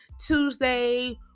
Tuesday